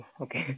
Okay